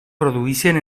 produeixen